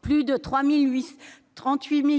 Plus de 38